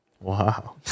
Wow